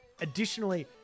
additionally